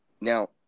Now